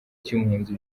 cy’impunzi